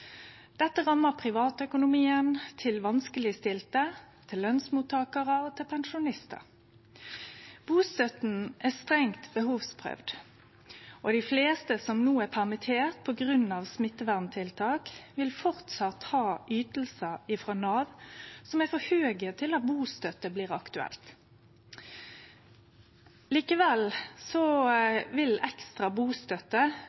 Dette rammar privatøkonomien til vanskelegstilte, til lønsmottakarar og til pensjonistar. Bustøtta er strengt behovsprøvd, og dei fleste som no er permitterte på grunn av smitteverntiltak, vil framleis ha ytingar frå Nav som er for høge til at bustøtte blir aktuelt. Likevel